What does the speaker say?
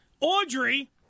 Audrey